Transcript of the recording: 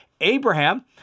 Abraham